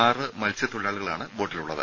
ആറ് മത്സ്യത്തൊഴിലാളികളാണ് ബോട്ടിലുള്ളത്